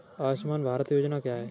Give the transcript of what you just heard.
आयुष्मान भारत योजना क्या है?